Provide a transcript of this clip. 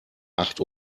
acht